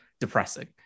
depressing